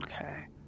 Okay